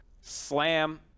slam